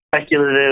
Speculative